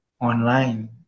online